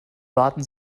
waten